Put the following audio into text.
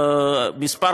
מספר